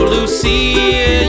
Lucia